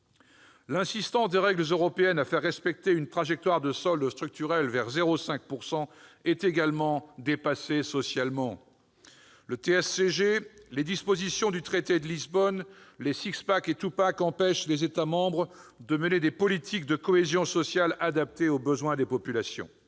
L'insistance des règles européennes à faire respecter une trajectoire de solde structurel vers 0,5 % est également dépassée socialement. Le TSCG, les dispositions du traité de Lisbonne, les et empêchent les États membres de mener des politiques de cohésion sociale adaptées aux besoins des populations.